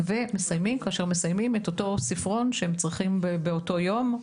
ומסיימת כאשר היא מסיימת את אותו ספרון שהם צריכים לסיים באותו יום.